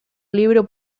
libro